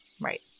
Right